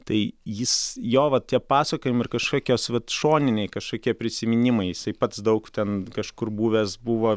tai jis jo va tie pasakojimai ir kažkokias vat šoniniai kažkokie prisiminimai jisai pats daug ten kažkur buvęs buvo